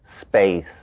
space